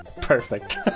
perfect